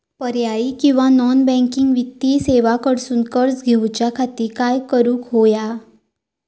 पर्यायी किंवा non banking वित्तीय सेवा कडसून कर्ज घेऊच्या खाती काय करुक होया?